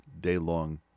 day-long